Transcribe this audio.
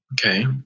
Okay